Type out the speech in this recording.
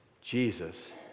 Jesus